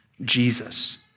Jesus